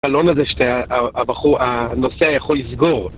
החלון הזה שאתה.. ה.. הבחור.. הנוסע יכול לסגור